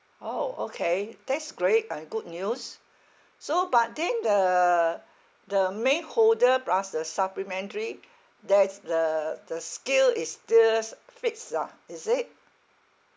orh okay that's great uh good news so but then the the main holder plus the supplementary there's the the scale is stills fixed ah is it